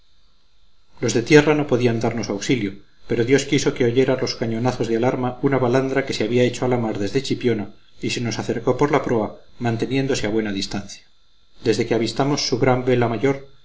los de tierra no podían darnos auxilio pero dios quiso que oyera los cañonazos de alarma una balandra que se había hecho a la mar desde chipiona y se nos acercó por la proa manteniéndose a buena distancia desde que avistamos su gran vela mayor